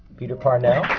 peter parnell.